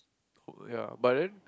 oh ya but then